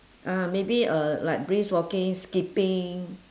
ah maybe uh like brisk walking skipping